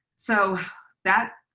so that